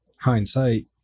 Hindsight